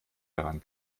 dran